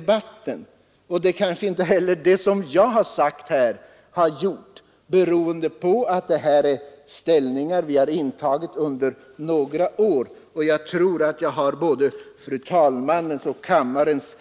Det gör kanske inte heller vad jag har att säga, beroende på att det här gäller ståndpunkter som vi har intagit under några år, och jag tror att jag har både fru talmannens och kammarens